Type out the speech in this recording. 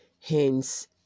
hence